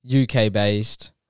UK-based